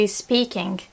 speaking